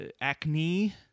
Acne